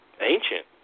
ancient